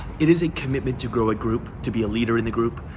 it is a commitment to grow a group, to be a leader in the group,